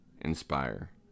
inspire